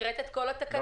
כהגדרתו בפקודת התעבורה,